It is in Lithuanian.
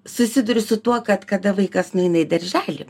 susiduri su tuo kad kada vaikas nueina į darželį